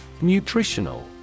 Nutritional